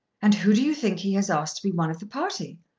and who do you think he has asked to be one of the party?